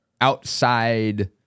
outside